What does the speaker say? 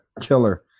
killer